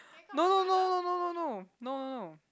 no no no no no no no no no no